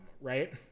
right